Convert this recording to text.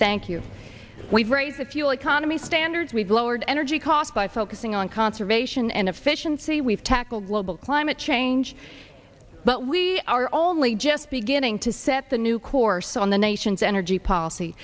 thank you we've raised the fuel economy standards we've lowered energy costs by focusing on conservation and efficiency we've tackled global climate change but we are only just beginning to set the new course on the nation's energy policy